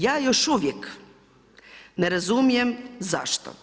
Ja još uvijek ne razumijem zašto.